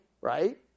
right